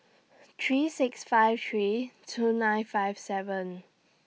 three six five three two nine five seven